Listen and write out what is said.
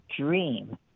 dream